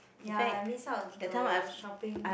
ya I miss out the shopping